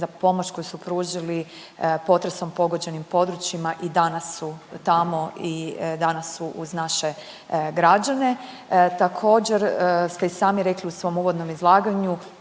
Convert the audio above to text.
za pomoć koju su pružili potresom pogođenim područjima i danas su tamo i danas su uz naše građane. Također ste i sami rekli u uvodnom izlaganju